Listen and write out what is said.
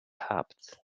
habt